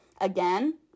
again